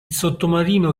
sottomarino